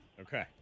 Okay